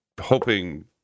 hoping